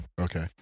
Okay